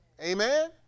Amen